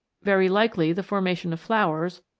very likely the formation of flowers,